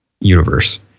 universe